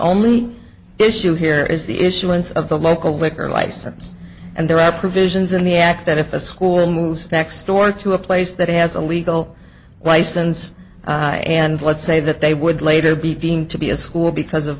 only issue here is the issuance of the local liquor license and there are provisions in the act that if a school moves next door to a place that has a legal license and let's say that they would later be deemed to be a school because of